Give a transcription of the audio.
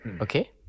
Okay